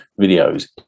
videos